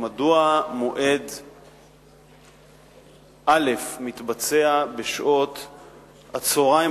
מועד א' מתבצע בשעות הצהריים,